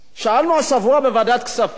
שאלנו השבוע בוועדת הכספים,